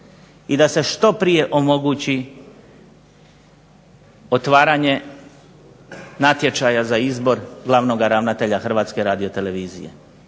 i da se što prije omogući otvaranje natječaja za izbor glavnoga ravnatelja Hrvatske radiotelevizije.